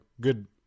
good